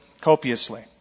copiously